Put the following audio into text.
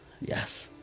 yes